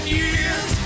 years